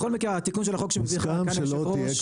בכל מקרה התיקון של החוק שמוצע כאן על ידי הרשויות,